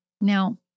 Now